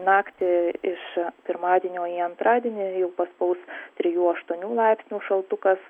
naktį iš pirmadienio į antradienį paspaus trijų aštuonių laipsnių šaltukas